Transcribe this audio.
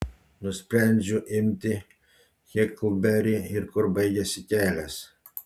nusprendžiu imti heklberį ir kur baigiasi kelias